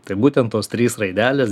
tai būtent tos trys raidelės